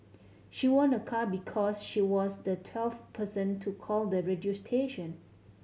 she won a car because she was the twelfth person to call the radio station